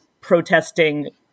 protesting